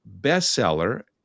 bestseller